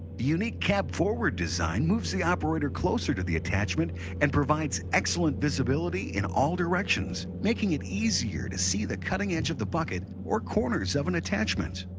unique cab forward design moves the operator closer to the attachment and provides excellent visibility in all directions, making it easier to see the cutting edge of the bucket or corners of an attachment.